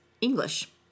English